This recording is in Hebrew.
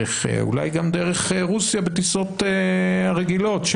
אולי גם דרך רוסיה בטיסות הרגילות,